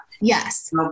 Yes